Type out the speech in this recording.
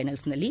ೈನಲ್ಸ್ನಲ್ಲಿ